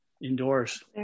indoors